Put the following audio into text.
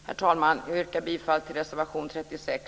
Herr talman! Jag yrkar bifall till reservation 36